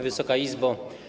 Wysoka Izbo!